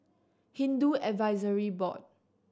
Hindu Advisory Board